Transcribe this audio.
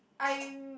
I'm